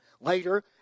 Later